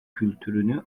kültürünü